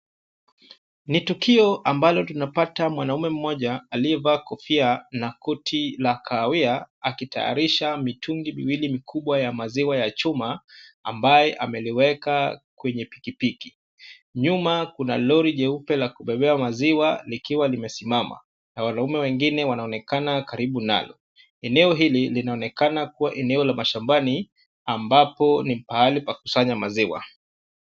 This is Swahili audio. Ni tukio ambalo tunapata mwanaume mmoja aliyevaa kofia na koti la kahawia akitayarisha mitungi miwili mikubwa ya maziwa ya chuma, ambaye ameliweka kwenye pikipiki. Nyuma kuna lori jeupe la kubebea maziwa likiwa limesimama na wanaume wengine wanaonekana karibu nalo. Eneo hili linaonekana kuwa eneo la mashambani ambapo ni pahali pa kusanya maziwa.